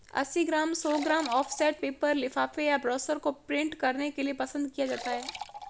अस्सी ग्राम, सौ gram offset paper लिफाफे या ब्रोशर को प्रिंट करने के लिए पसंद किया जाता है